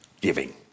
giving